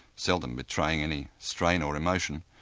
seldom betraying any strain or emotion,